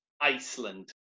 Iceland